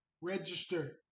Register